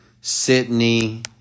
Sydney